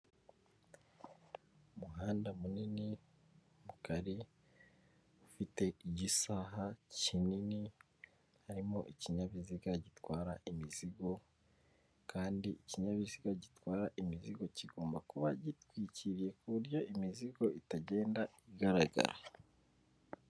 Umuhanda munini, mugari ufite igisaha kinini, harimo ikinyabiziga gitwara imizigo kandi ikinyabiziga gitwara imizigo kigomba kuba gitwikiriye ku buryo imizigo itagenda igaragara.